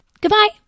Goodbye